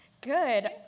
Good